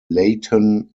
leyton